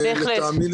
לטעמי,